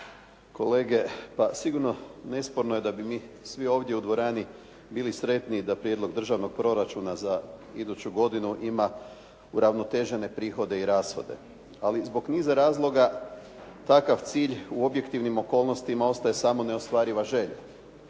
kolege. Pa sigurno nesporno je da bi mi svi ovdje u dvorani bili sretni da Prijedlog državnog proračuna za iduću godinu ima uravnotežene prihode i rashode. Ali zbog niza razloga takav cilj u objektivnim okolnostima ostaje samo neostvariva želja.